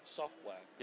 software